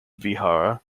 vihara